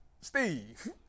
Steve